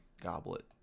goblet